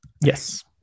Yes